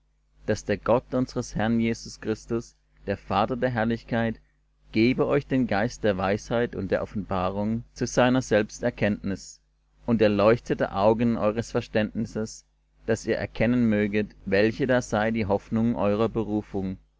daß der gott unsers herrn jesus christi der vater der herrlichkeit gebe euch den geist der weisheit und der offenbarung zu seiner selbst erkenntnis und erleuchtete augen eures verständnisses daß ihr erkennen möget welche da sei die hoffnung eurer berufung